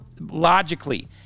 logically